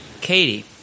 Katie